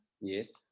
Yes